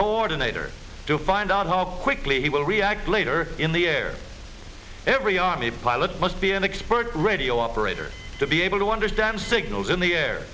coordinator to find out how quickly he will react later in the air every army pilot must be an expert radio operator to be able to understand signals in the a